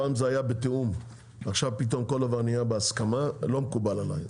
פעם זה היה בתיאום ועכשיו פתאום כל דבר הוא בהסכמה לא מקובל עלי.